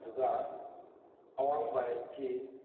ꯑꯗꯨꯒ ꯑꯋꯥꯡ ꯚꯥꯔꯠꯀꯤ